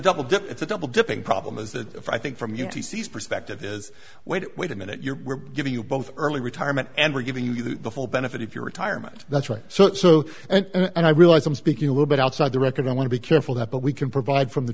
double dip it's a double dipping problem is that if i think from your t c s perspective is wait wait a minute you're we're giving you both early retirement and we're giving you the full benefit of your retirement that's right so and i realize i'm speaking a little bit outside the record i want to be careful that but we can provide from the